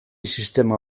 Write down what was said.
sistema